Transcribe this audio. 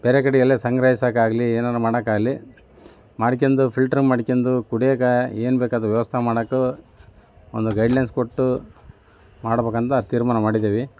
ಬೇರೆ ಕಡೆ ಎಲ್ಲರ ಸಂಗ್ರಹಿಸೋಕ್ಕಾಗ್ಲಿ ಏನಾನ ಮಾಡೋಕ್ಕಾಗ್ಲಿ ಮಾಡ್ಕ್ಯಂದು ಫಿಲ್ಟರ್ ಮಾಡ್ಕ್ಯಂದು ಕುಡ್ಯಾಕ ಏನು ಬೇಕಾದ್ರೂ ವ್ಯವಸ್ಥೆ ಮಾಡೋಕ್ಕೂ ಒಂದು ಗೈಡ್ಲೈನ್ಸ್ ಕೊಟ್ಟು ಮಾಡ್ಬೇಕಂತ ತೀರ್ಮಾನ ಮಾಡಿದ್ದೀವಿ